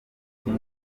kim